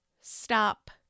stop